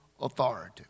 authority